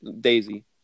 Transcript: Daisy